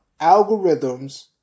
algorithms